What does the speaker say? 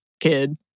kid